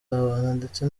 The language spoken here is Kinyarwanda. ndetse